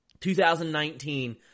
2019